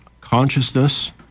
consciousness